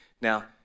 Now